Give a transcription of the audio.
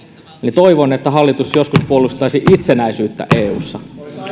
toivon että hallitus joskus puolustaisi itsenäisyyttä eussa